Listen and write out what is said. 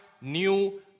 new